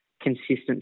consistency